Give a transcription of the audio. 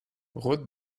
route